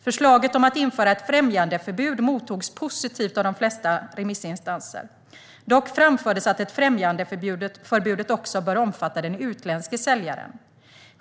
Förslaget om att införa ett främjandeförbud mottogs positivt av de flesta remissinstanser. Dock framfördes att främjandeförbudet också bör omfatta den utländske säljaren.